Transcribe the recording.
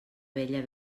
vella